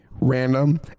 random